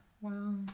Wow